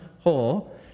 hole